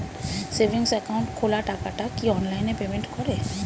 Savings account খোলা টাকাটা কি অনলাইনে পেমেন্ট করে?